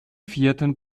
vierten